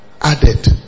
added